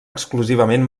exclusivament